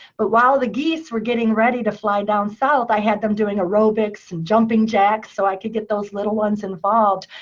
but while the geese were getting ready to fly down south, i had them doing aerobics and jumping jacks so i could get those little ones involved.